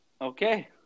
Okay